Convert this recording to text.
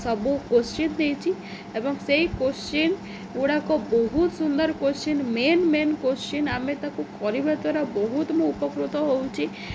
ସବୁ କୋଶ୍ଚିନ୍ ଦେଇଛି ଏବଂ ସେଇ କୋଶ୍ଚନ୍ ଗୁଡ଼ାକ ବହୁତ ସୁନ୍ଦର କୋଶ୍ଚନ୍ ମେନ୍ ମେନ୍ କୋଶ୍ଚିନ୍ ଆମେ ତାକୁ କରିବା ଦ୍ୱାରା ବହୁତ ମୁଁ ଉପକୃତ ହେଉଛି